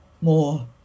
more